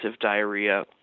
diarrhea